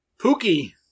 Pookie